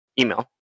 email